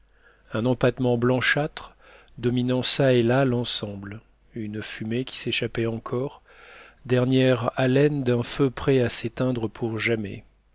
un empâtement blanchâtre dominant çà et là l'ensemble une fumée qui s'échappait encore dernière haleine d'un feu prêt à s'éteindre pour jamais